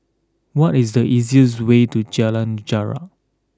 what is the easiest way to Jalan Jarak